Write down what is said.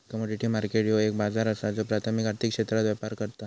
commodity market ह्यो एक बाजार असा ज्यो प्राथमिक आर्थिक क्षेत्रात व्यापार करता